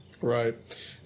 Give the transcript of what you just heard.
Right